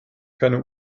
keine